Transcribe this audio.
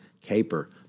caper